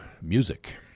music